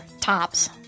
tops